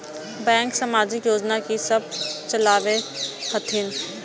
Bank समाजिक योजना की सब चलावै छथिन?